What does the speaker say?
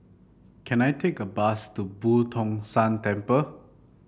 can I take a bus to Boo Tong San Temple